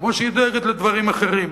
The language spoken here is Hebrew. כמו שהיא דואגת לדברים אחרים,